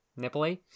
nipply